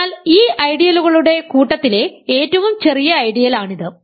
അതിനാൽ ഈ ഐഡിയലുകളുടെ കൂട്ടത്തിലെ ഏറ്റവും ചെറിയ ഐഡിയലാണിത്